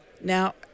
Now